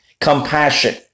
compassion